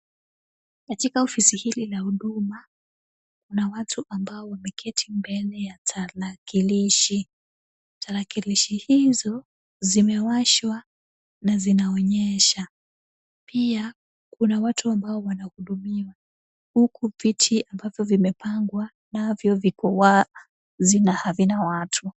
Katika ofisi hili la huduma, kuna watu ambao wameketi mbele ya tarakilishi. Tarakilishi hizo zimewashwa na zinaonyesha. Pia kuna watu ambao wanahudumiwa, huku viti ambavyo vimepangwa navyo viko wazi na havina watu.